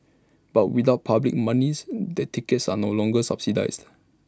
but without public monies the tickets are no longer subsidised